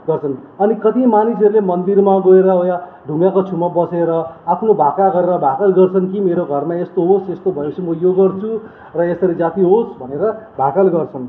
गर्छन् अनि कति मानिसहरूले मन्दिरमा गएर हो वा ढुङ्गाको छेउमा बसेर आफ्नो भाका गरेर भाकल गर्छन् कि मेरो घरमा यस्तो होस् यस्तो भयो पछि म यो गर्छु र यसरी जाती होस् भनेर भाकल गर्छन्